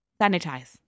Sanitize